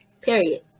Period